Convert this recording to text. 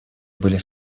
были